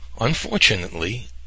Unfortunately